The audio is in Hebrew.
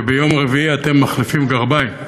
שביום רביעי אתם מחליפים גרביים,